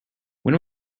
when